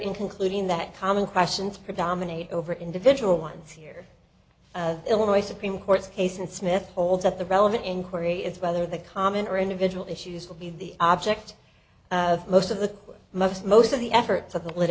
concluding that common questions predominate over individual ones here of illinois supreme court's case and smith hold up the relevant inquiry is whether the common or individual issues will be the object of most of the most most of the efforts of the li